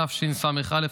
התשס"א 2001,